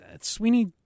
Sweeney